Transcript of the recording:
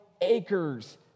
acres